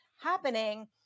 happening